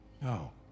No